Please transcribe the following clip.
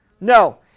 No